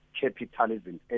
capitalism